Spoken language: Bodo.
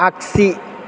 आगसि